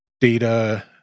data